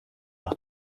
nach